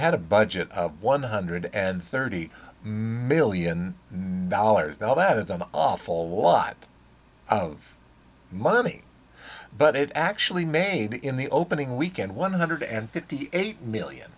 had a budget of one hundred and thirty million dollars now that is an awful lot of money but it actually made in the opening weekend one hundred and fifty eight million